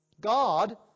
God